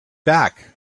back